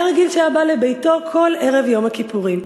היה רגיל שהיה בא לביתו כל ערב יום הכיפורים.